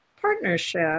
partnership